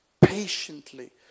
patiently